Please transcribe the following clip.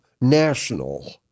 national